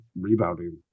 rebounding